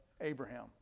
Abraham